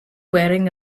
wearing